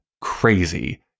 crazy